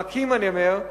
רכים אני אומר,